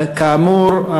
כאמור,